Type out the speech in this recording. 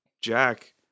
Jack